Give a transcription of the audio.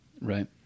Right